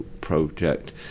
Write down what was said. project